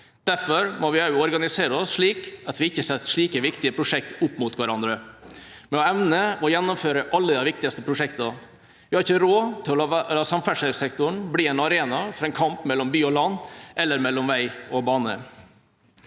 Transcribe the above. Derfor må vi også organisere oss slik at vi ikke setter slike viktige prosjekter opp mot hverandre, men evner å gjennomføre alle de viktigste prosjektene. Vi har ikke råd til å la samferdselssektoren bli en arena for en kamp mellom by og land eller mellom vei og bane.